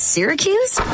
Syracuse